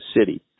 city